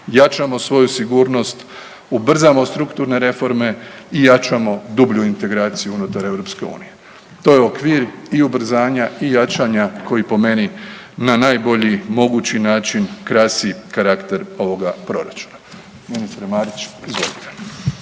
jačamo svoju sigurnost, ubrzamo strukturne reforme i jačamo dublju integraciju unutar EU. To je okvir i ubrzanja i jačanja koji po meni na najbolji mogući način krasi karakter ovoga proračuna. Ministre Mariću, izvolite.